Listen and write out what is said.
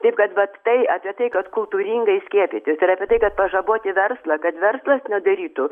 taip kad vat tai apie tai kad kultūringai skiepytis ir apie tai kad pažaboti verslą kad verslas nedarytų